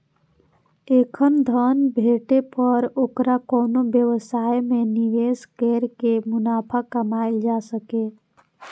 एखन धन भेटै पर ओकरा कोनो व्यवसाय मे निवेश कैर के मुनाफा कमाएल जा सकैए